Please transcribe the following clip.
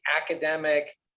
academic